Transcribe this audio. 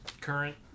current